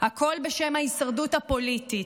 הכול בשם ההישרדות הפוליטית.